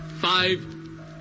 Five